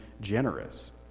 generous